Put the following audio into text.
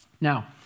Now